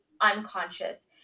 unconscious